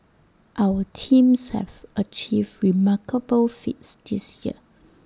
our teams have achieved remarkable feats this year